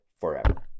forever